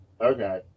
okay